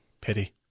pity